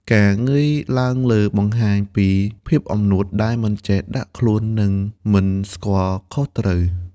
ការងើយឡើងលើបង្ហាញពីភាពអំនួតដែលមិនចេះដាក់ខ្លួន និងមិនស្គាល់ខុសត្រូវ។